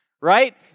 right